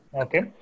Okay